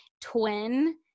twin